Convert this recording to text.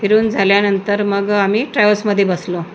फिरून झाल्यानंतर मग आम्ही ट्रॅवल्समध्ये बसलो